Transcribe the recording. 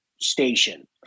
station